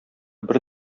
бер